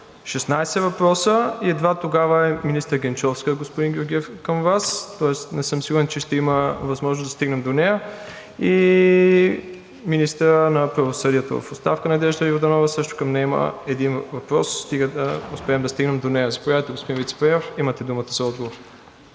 16 въпроса и едва тогава е министър Генчовска. Господин Георгиев, към Вас – не съм сигурен, че ще има възможност да стигнем до нея. Към министъра на правосъдието в оставка Надежда Йорданова също има един въпрос, стига да успеем да стигнем до нея. Заповядайте, господин Вицепремиер, имате думата за отговор.